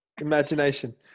Imagination